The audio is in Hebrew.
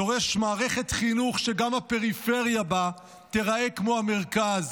דורש מערכת חינוך שגם הפריפריה בה תיראה כמו המרכז.